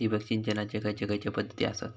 ठिबक सिंचनाचे खैयचे खैयचे पध्दती आसत?